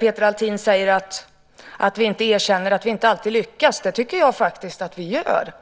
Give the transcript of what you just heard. Peter Althin säger att vi inte erkänner att vi inte alltid lyckas. Det tycker jag faktiskt att vi gör.